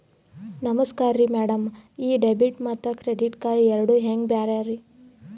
ನಮಸ್ಕಾರ್ರಿ ಮ್ಯಾಡಂ ಈ ಡೆಬಿಟ ಮತ್ತ ಕ್ರೆಡಿಟ್ ಕಾರ್ಡ್ ಎರಡೂ ಹೆಂಗ ಬ್ಯಾರೆ ರಿ?